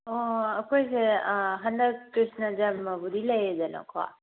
ꯑꯣ ꯑꯩꯈꯣꯏꯒꯤꯁꯦ ꯍꯟꯗꯛ ꯀ꯭ꯔꯤꯁꯅ ꯖꯔꯃꯕꯨꯗꯤ ꯂꯩꯔꯦꯗꯅꯀꯣ